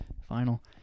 final